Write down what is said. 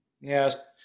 Yes